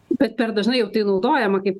bet per dažnai jau tai naudojama kaip